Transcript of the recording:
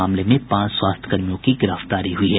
मामले में पांच स्वास्थ्यकर्मियों की गिरफ्तारी हुई है